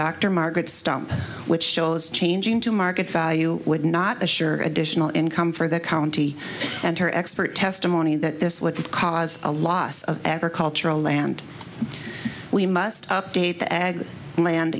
dr margaret stump which shows changing to market value would not assure additional income for the county and her expert testimony that this was the cause a loss of agricultural land we must up ate the egg land